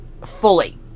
fully